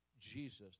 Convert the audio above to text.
Jesus